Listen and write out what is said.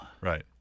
Right